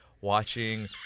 watching